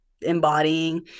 embodying